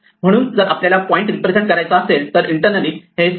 म्हणून जर आपल्याला पॉईंट रिप्रेझेंट करायचा असेल तर इंटरनली हे सेल्फ